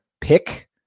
pick